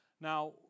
Now